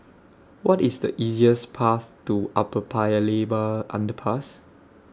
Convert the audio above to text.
What IS The easiest Path to Upper Paya Lebar Underpass